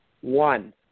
one